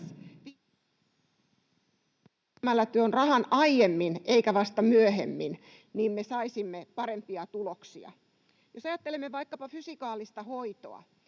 käyttämällä tuon rahan aiemmin eikä vasta myöhemmin me saisimme parempia tuloksia. Jos ajattelemme vaikkapa fysikaalista hoitoa,